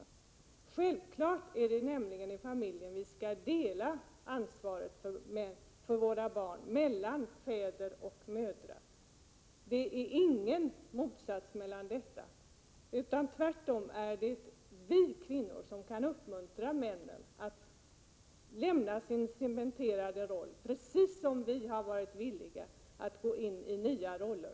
Det är självklart att vi i familjen skall dela på ansvaret för våra barn mellan fäder och mödrar. Det råder inget motsatsförhållande i fråga om detta. Tvärtom är det vi kvinnor som kan uppmuntra männen att lämna sin cementerade roll precis som kvinnorna har varit villiga att gå in i nya roller.